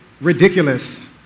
ridiculous